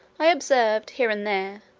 i observed, here and there,